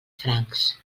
francs